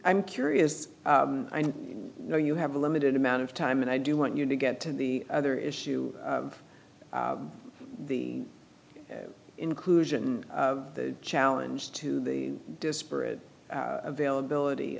i'm curious and you know you have a limited amount of time and i do want you to get to the other issue of the inclusion of the challenge to the disparate availability